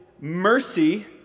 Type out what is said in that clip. mercy